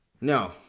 No